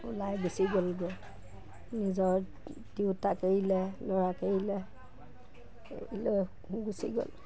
ওলাই গুচি গ'লগৈ নিজৰ তিৰোতাক এৰিলে ল'ৰাক এৰিলে এৰি লৈ গুচি গ'ল